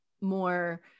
more